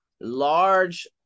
large